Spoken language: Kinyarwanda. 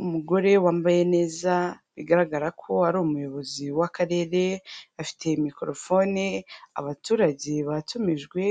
Umugore wambaye neza bigaragara ko ari umuyobozi w'akarere, afitiye mikorofone, abaturage batumijwe